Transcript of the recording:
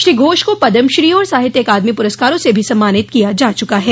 श्री घोष को पद्मश्री और साहित्य अकादमी पुरस्कारों से भी सम्मानित किया जा चुका है